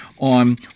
on